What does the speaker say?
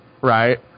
right